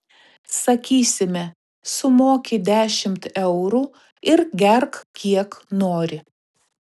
sakysime sumoki dešimt eurų ir gerk kiek nori